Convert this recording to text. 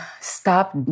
stop